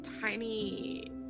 tiny